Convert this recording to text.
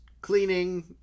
cleaning